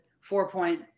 four-point